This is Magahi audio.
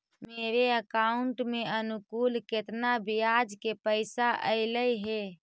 मेरे अकाउंट में अनुकुल केतना बियाज के पैसा अलैयहे?